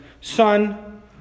son